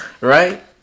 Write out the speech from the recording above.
right